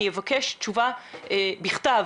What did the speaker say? אני אבקש תשובה בכתב